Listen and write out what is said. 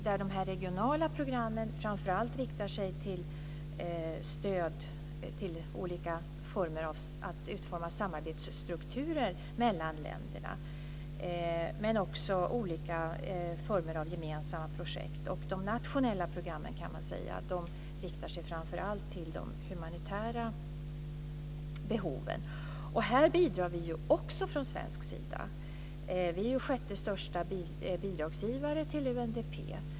De regionala programmen inriktar sig främst på att utforma olika samarbetsstrukturer mellan länderna, men det gäller också olika former av gemensamma projekt. De nationella programmen inriktar sig framför allt, kan man säga, på de humanitära behoven. Och här bidrar vi ju också från svensk sida. Vi är sjätte största bidragsgivare till UNDP.